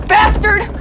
Bastard